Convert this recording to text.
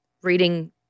reading